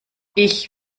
ich